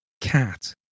cat